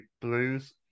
Blues